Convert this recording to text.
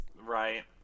Right